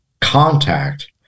contact